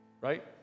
Right